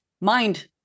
mind